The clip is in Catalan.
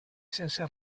sense